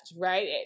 right